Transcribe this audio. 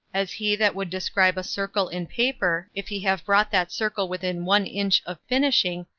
as he that would describe a circle in paper, if he have brought that circle within one inch of finishing,